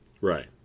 right